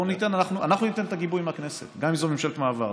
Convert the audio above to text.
אנו ניתן את הגיבוי מהכנסת, גם אם זו ממשלת מעבר.